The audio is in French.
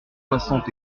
soixante